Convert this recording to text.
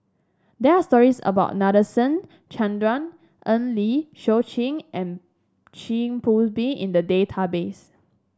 there are stories about Nadasen Chandra Eng Lee Seok Chee and Chin Poon Bee in the database